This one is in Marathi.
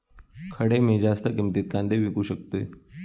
खडे मी जास्त किमतीत कांदे विकू शकतय?